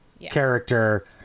character